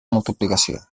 multiplicació